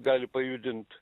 gali pajudint